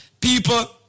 People